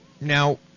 Now